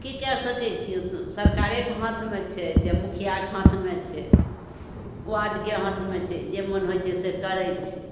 कि कै सकै छी सरकारेके हाथमे छै चाहे मुखिआके हाथमे छै वार्डके हाथमे छै जे मोन हो छै से करै छै